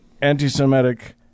anti-Semitic